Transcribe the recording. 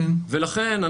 ולכן,